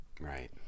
Right